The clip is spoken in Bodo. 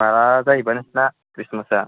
बारा जायोबा नोंसिना ख्रिस्टमासआ